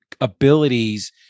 abilities